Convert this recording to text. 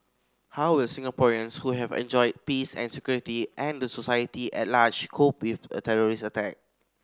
how will Singaporeans who have enjoyed peace and security and the society at large cope with a terrorist attack